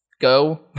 go